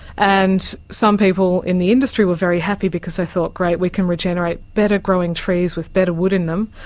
and some people in the industry were very happy because they thought, great. we can regenerate better growing trees with better wood in them.